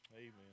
Amen